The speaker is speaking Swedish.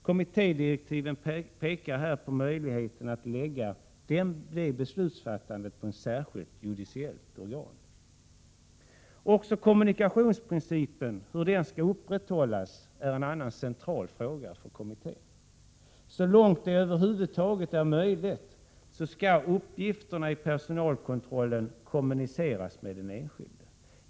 Kommittédirektiven pekar här på möjligheten att lägga det beslutsfattandet på ett särskilt judiciellt organ. Hur kommunikationsprincipen skall upprätthållas är en annan central fråga för kommittén. Så långt det över huvud taget är möjligt skall uppgifterna i personalkontrollen kommuniceras med den enskilde.